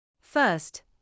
First